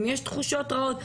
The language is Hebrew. אם יש תחושות רעות,